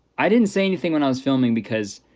i didn't say anything when i was filming because